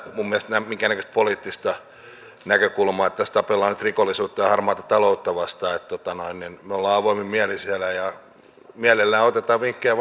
minun mielestäni minkäännäköistä poliittista näkökulmaa vaan tässä tapellaan nyt rikollisuutta ja harmaata taloutta vastaan me olemme avoimin mielin siellä ja mielellämme otamme vinkkejä